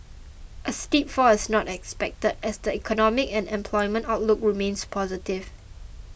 a steep fall is not expected as the economic and employment outlook remains positive